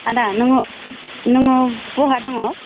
आदा नोङो नोङो बहा दङ